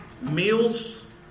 meals